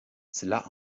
cela